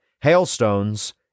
hailstones